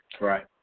Right